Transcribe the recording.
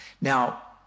Now